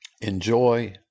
enjoy